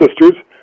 sisters